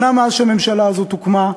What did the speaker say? שנה מאז שהממשלה הזאת הוקמה,